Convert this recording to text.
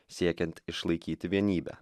siekiant išlaikyti vienybę